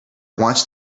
wants